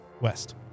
West